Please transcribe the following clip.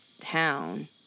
town